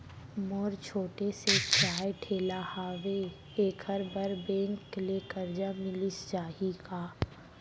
मोर छोटे से चाय ठेला हावे एखर बर बैंक ले करजा मिलिस जाही का?